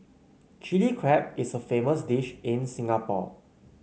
Chilli Crab is a famous dish in Singapore